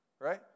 right